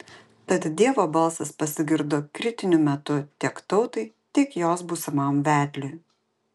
tad dievo balsas pasigirdo kritiniu metu tiek tautai tiek jos būsimam vedliui